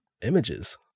images